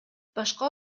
башка